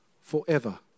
forever